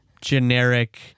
generic